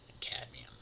cadmium